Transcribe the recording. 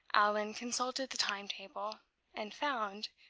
allan consulted the time-table, and found,